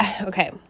Okay